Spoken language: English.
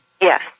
Yes